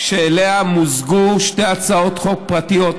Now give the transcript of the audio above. שאליה מוזגו שתי הצעות חוק פרטיות,